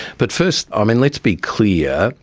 but first, um and let's be clear,